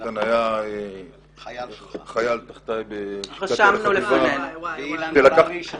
איתן היה חייל תחתי באותה החטיבה ולקחתי